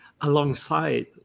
alongside